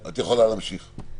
את יכולה להמשיך.